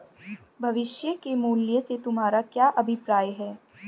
भविष्य के मूल्य से तुम्हारा क्या अभिप्राय है?